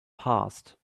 past